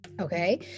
Okay